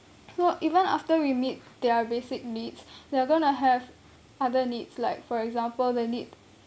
so even after we meet their basic needs they're going to have other needs like for example the need